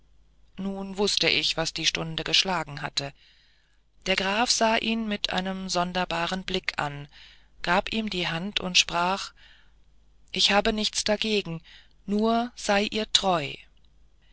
nun wußte ich was die stunde geschlagen hatte der graf sah ihn mit einem sonderbaren blick an gab ihm die hand und sprach ich habe nichts dagegen nur sei ihr treu